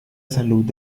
salud